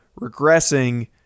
regressing